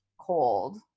cold